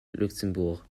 luxembourg